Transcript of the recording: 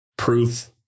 Proof